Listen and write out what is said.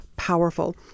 Powerful